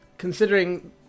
considering